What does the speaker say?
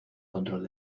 control